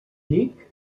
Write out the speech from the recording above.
dic